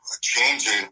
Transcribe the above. changing